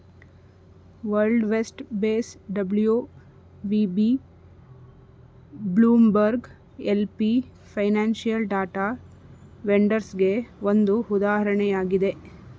world west base WVB, Bloomberg LP financial data ವೆಂಡರ್ಸ್ಗೆಗೆ ಒಂದು ಉದಾಹರಣೆಯಾಗಿದೆ